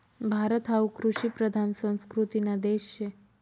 भारत हावू कृषिप्रधान संस्कृतीना देश शे